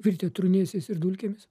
virtę trūnėsiais ir dulkėmis